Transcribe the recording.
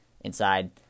inside